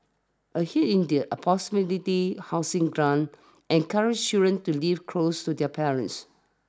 a hike in their a proximity housing grant encourages children to live close to their parents